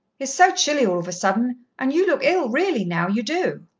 it's so chilly, all of a sudden, and you look ill, really, now, you do.